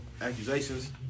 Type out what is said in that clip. accusations